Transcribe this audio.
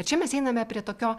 čia mes einame prie tokio